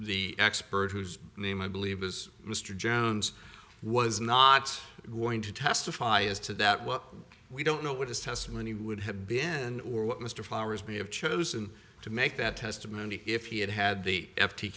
the expert whose name i believe was mr jones was not going to testify as to that well we don't know what his testimony would have been or what mr powers may have chosen to make that testimony if he had had the f t